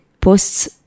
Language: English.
posts